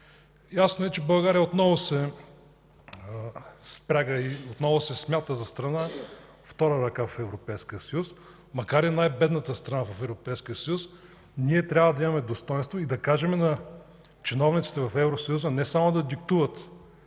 Ясно е, че България отново се спряга и отново се смята за страна втора ръка в Европейския съюз. Макар и най-бедната страна в Европейския съюз ние трябва да имаме достойнство и да кажем на чиновниците в Евросъюза не само да диктуват